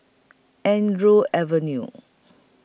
Andrews Avenue